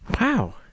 Wow